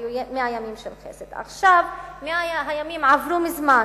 היו מאה ימים של חסד, עכשיו מאה הימים עברו מזמן,